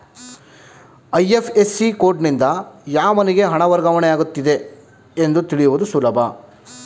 IFSC ಕೋಡ್ನಿಂದ ಯಾವನಿಗೆ ಹಣ ವರ್ಗಾವಣೆ ಆಗುತ್ತಿದೆ ಎಂದು ತಿಳಿಸುವುದು ಸುಲಭ